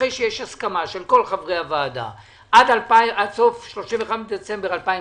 אחרי שיש הסכמה של כל חברי הוועדה עד 31 בדצמבר 2020,